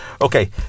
Okay